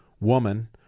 woman